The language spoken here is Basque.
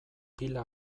pila